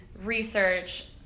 research